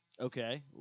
Okay